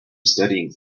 studying